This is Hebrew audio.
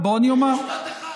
תגיד, במשפט אחד.